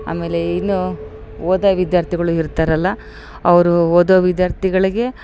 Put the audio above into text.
ಆಮೇಲೆ ಇನ್ನು ಓದೋ ವಿದ್ಯಾರ್ಥಿಗಳ್ ಇರ್ತಾರಲ್ಲ ಅವರು ಓದೋ ವಿದ್ಯಾರ್ಥಿಗಳಿಗೆ